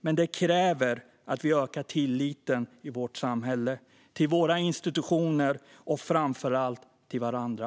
Men det kräver att vi ökar tilliten i vårt samhälle till våra institutioner och framför allt till varandra.